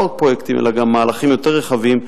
אלא גם מהלכים יותר רחבים,